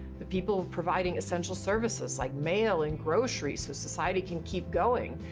the people providing essential services, like mail and groceries so society can keep going.